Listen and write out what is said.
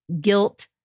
guilt